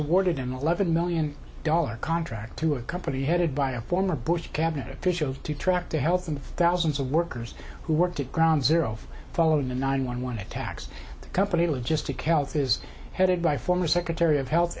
awarded an eleven million dollar contract to a company headed by a former bush cabinet official to track the health of thousands of workers who worked at ground zero following the nine one one attacks the company logistic health is headed by former secretary of health